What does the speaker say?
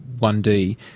1D